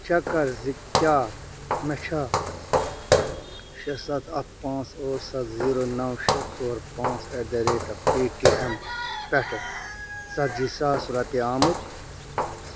check کَر زِ کیٛاہ مےٚ چھےٚ شیٚے سَتھ اکھ پانژھ اٹھ سَتھ زیٖرو نو شیٚے ژور پانژھ eight the rate of Paytm پٮ۪ٹھٕ ژَتجی ساس رۄپیہِ آمٕتۍ